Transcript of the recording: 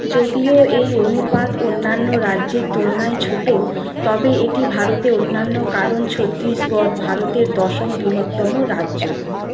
যদিও এই অনুপাত অন্যান্য রাজ্যের তুলনায় ছোট তবে এটি ভারতে অন্যান্য কারণ ছত্তিশগড় ভারতের দশম বৃহত্তম রাজ্য